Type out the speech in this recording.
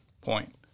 point